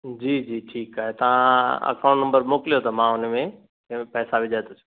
जी जी ठीकु आहे तव्हां अकाउंट नम्बर मोकिलियो त मां उन में पैसा विझाए थो छॾियां